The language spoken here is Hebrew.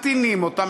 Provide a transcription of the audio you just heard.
מקטינים אותה,